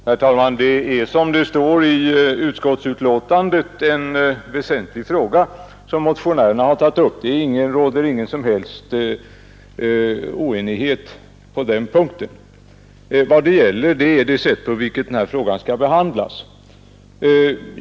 Herr talman! Det är, som det står i utskottsbetänkandet, en väsentlig fråga som motionärerna har tagit upp. Det råder ingen som helst oenighet på den punkten. Vad meningsskiljaktigheten gäller är det sätt på vilket frågan skall behandlas.